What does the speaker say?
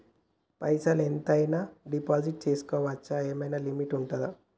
పైసల్ ఎంత అయినా డిపాజిట్ చేస్కోవచ్చా? ఏమైనా లిమిట్ ఉంటదా?